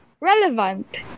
relevant